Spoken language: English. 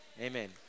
Amen